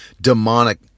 demonic